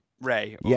Ray